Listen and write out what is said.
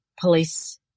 police